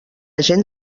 gent